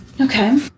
Okay